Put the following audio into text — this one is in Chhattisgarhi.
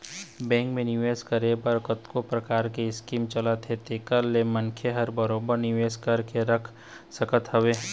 बेंक म निवेस करे बर कतको परकार के स्कीम चलत हे जेखर ले मनखे ह बरोबर निवेश करके रख सकत हवय